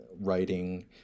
writing